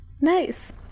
Nice